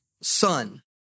Son